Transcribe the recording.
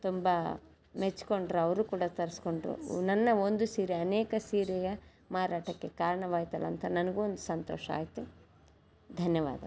ತುಂಬ ಮೆಚ್ಕೊಂಡ್ರು ಅವರೂ ಕೂಡ ತರಿಸ್ಕೊಂಡ್ರು ನನ್ನ ಒಂದು ಸೀರೆ ಅನೇಕ ಸೀರೆಯ ಮಾರಾಟಕ್ಕೆ ಕಾರಣವಾಯ್ತಲ್ಲ ಅಂತ ನನಗೂ ಒಂದು ಸಂತೋಷ ಆಯಿತು ಧನ್ಯವಾದಗಳು